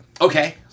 Okay